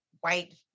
white